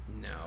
No